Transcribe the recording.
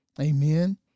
Amen